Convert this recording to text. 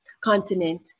continent